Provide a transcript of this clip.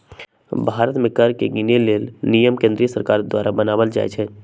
भारत में कर के गिनेके लेल नियम केंद्रीय सरकार द्वारा बनाएल जाइ छइ